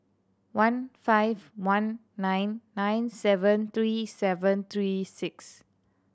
one five one nine nine seven three seven three six